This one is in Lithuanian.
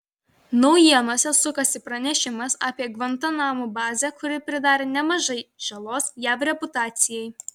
naujienose sukasi pranešimas apie gvantanamo bazę kuri pridarė nemažai žalos jav reputacijai